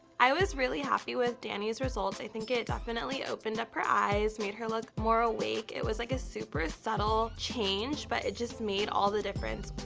i was really happy with dani's results. i think it definitely opened up her eyes, made her look more awake. it was like a super subtle change, but it just made all the difference.